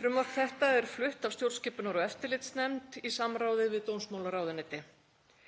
Frumvarp þetta er flutt af stjórnskipunar- og eftirlitsnefnd í samráði við dómsmálaráðuneyti.